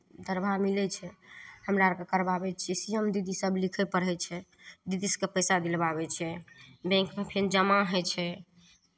दरमाहा मिलै छै हमरा अरके करवाबै छियै सी एम दीदीसभ लिखै पढ़ै छै दीदी सभके पैसा दिलवाबै छै बैंकमे फेर जमा होइ छै